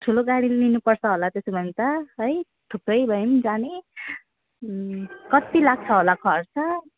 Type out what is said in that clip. ठुलो गाडी लिनु पर्छ होला त्यसो भने त है थुप्रै भयौँ जाने कति लाग्छ होला खर्च